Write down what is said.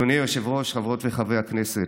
אדוני היושב-ראש, חברות וחברי הכנסת,